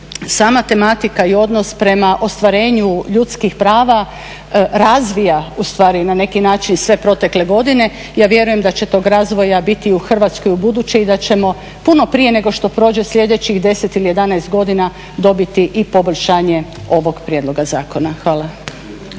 sama tematika i odnos prema ostvarenju ljudskih prava razvija ustvari na neki način sve protekle godine, ja vjerujem da će tog razvoja biti u Hrvatskoj ubuduće i da ćemo puno prije nego što prođe sljedećih 10 ili 11 godina dobiti i poboljšanje ovog prijedloga zakona. Hvala.